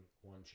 one